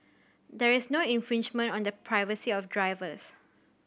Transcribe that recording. there is no infringement on the privacy of drivers